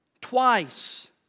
Twice